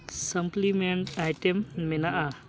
supplement item ᱢᱮᱱᱟᱜᱼᱟ